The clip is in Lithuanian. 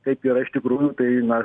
kaip yra iš tikrųjų tai na